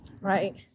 right